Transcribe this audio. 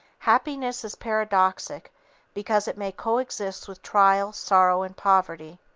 happiness is paradoxic because it may coexist with trial, sorrow and poverty.